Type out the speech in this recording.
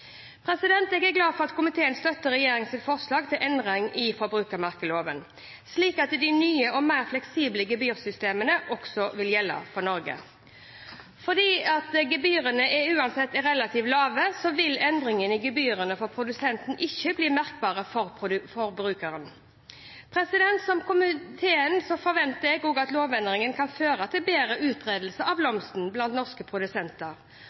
Jeg er glad for at komiteen støtter regjeringens forslag til endring i forbrukermerkeloven, slik at de nye og mer fleksible gebyrsystemene også vil gjelde for Norge. Fordi gebyrene uansett er relativt lave, vil endring i gebyrene for produsentene ikke bli merkbar for forbrukerne. Som komiteen forventer jeg at lovendringen kan føre til bedre utbredelse av Blomsten blant norske produsenter,